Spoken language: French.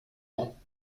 ans